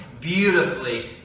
Beautifully